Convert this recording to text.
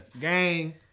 gang